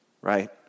right